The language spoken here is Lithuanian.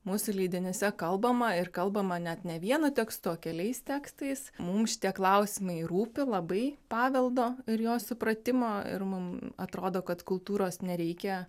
mūsų leidiniuose kalbama ir kalbama net ne vienu tekstu o keliais tekstais mums tie klausimai rūpi labai paveldo ir jo supratimo ir mum atrodo kad kultūros nereikia